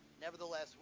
Nevertheless